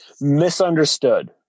Misunderstood